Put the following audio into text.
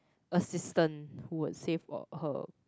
assistant who will save for her